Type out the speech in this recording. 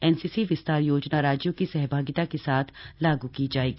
NCC विस्तार योजना राज्यों की सहभागिता के साथ लागू की जाएगी